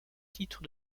titre